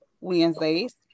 Wednesdays